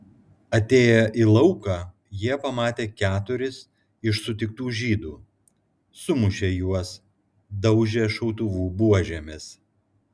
atėję į lauką jie pamatė keturis iš sutiktų žydų sumušė juos daužė šautuvų buožėmis